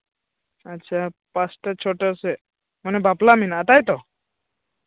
ᱟᱪᱪᱷᱟ ᱯᱟᱸᱪᱴᱟ ᱪᱷᱚᱴᱟ ᱥᱮᱫ ᱢᱟᱱᱮ ᱵᱟᱯᱞᱟ ᱢᱮᱱᱟᱜᱼᱟ ᱛᱟᱭ ᱛᱚ